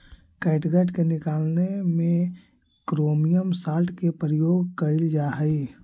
catgut के निकालने में क्रोमियम सॉल्ट के प्रयोग कइल जा हई